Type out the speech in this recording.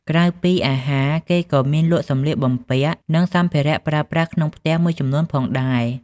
ក្រៅពីអាហារ គេក៏មានលក់សំលៀកបំពាក់ និងសម្ភារៈប្រើប្រាស់ក្នុងផ្ទះមួយចំនួនផងដែរ។